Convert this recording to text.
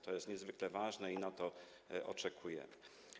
To jest niezwykle ważne i na to oczekujemy.